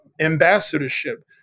ambassadorship